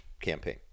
campaign